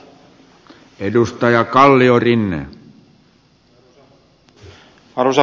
arvoisa puhemies